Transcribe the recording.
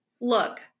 Look